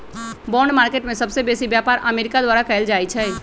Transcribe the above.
bond market में सबसे बेसी व्यापार अमेरिका द्वारा कएल जाइ छइ